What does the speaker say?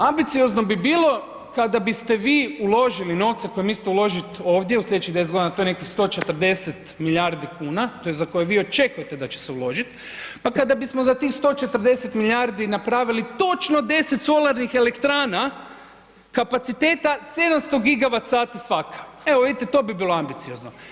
Ambiciozno bi bilo kada biste vi uložili novce koje mislite uložiti ovdje u sljedećih 10 godina, to je nekih 140 milijardi kuna tj. za koje vi očekujete da će se uložiti, pa kada bismo za tih 140 milijardi napravili točno 10 solarnih elektrana kapaciteta 700 GWh svaka, evo to bi bilo ambiciozno.